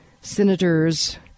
Senators